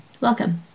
Welcome